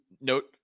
Note